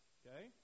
okay